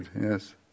Yes